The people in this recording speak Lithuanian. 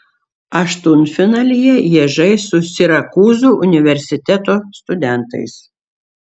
aštuntfinalyje jie žais su sirakūzų universiteto studentais